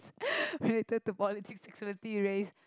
will talk about politic security raise